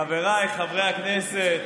חבריי חברי הכנסת,